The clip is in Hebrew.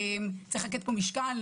צריך לתת פה משקל.